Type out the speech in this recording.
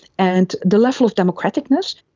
and the level of democraticness.